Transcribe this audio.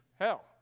hell